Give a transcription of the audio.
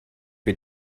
wer